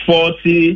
Forty